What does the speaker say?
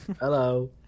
Hello